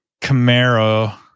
Camaro